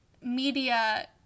media